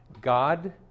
God